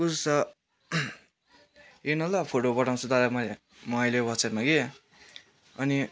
कस्तो छ हेर न ल फोटो पठाउँछु तँलाई मैले मैले वाट्सएपमा कि अनि